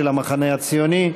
של המחנה הציוני.